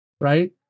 right